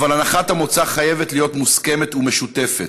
אבל הנחת המוצא חייבת להיות מוסכמת ומשותפת,